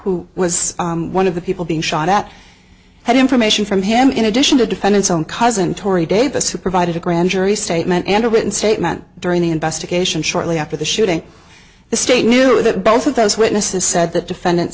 who was one of the people being shot at had information from him in addition to defendant's own cousin torrey davis who provided a grand jury statement and a written statement during the investigation shortly after the shooting the state knew that both of those witnesses said the defendant